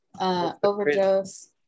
overdose